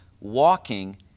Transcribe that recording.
walking